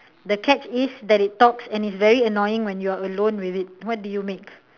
the catch is that it talks and is very annoying when you're alone with it what do you make